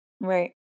Right